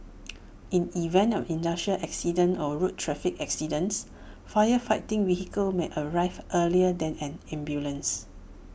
in event of industrial accidents or road traffic accidents fire fighting vehicles may arrive earlier than an ambulance